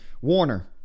Warner